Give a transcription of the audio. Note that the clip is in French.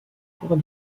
cours